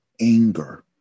anger